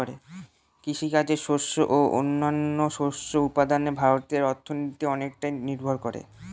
কৃষিকাজে শস্য আর ও অন্যান্য শস্য উৎপাদনে ভারতের অর্থনীতি অনেকটাই নির্ভর করে